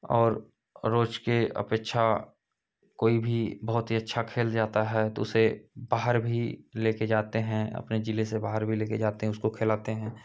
और रोज की अपेक्षा कोई भी बहुत ही अच्छा खेल जाता है तो उसे बाहर भी लेकर जाते हैं अपने ज़िले से बाहर भी लेकर जाते हैं उसको खेलाते हैं